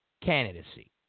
candidacy